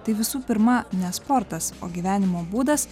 tai visų pirma ne sportas o gyvenimo būdas